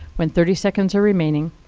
when thirty seconds are remaining,